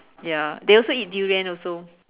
ya they also eat durian also